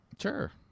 Sure